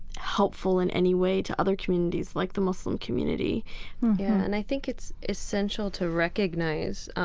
helpful in any way to other communities like the muslim community and i think it's essential to recognize,